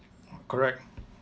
correct